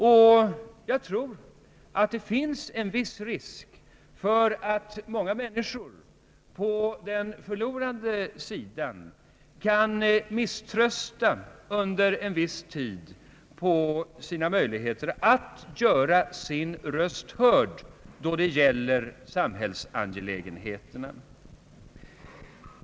Jag tror att det finns en viss risk för att många människor på den förlorande sidan kan komma att misströsta om sina möjligheter att göra sin röst hörd då det gäller samhällsangelägenheterna.